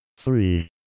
Three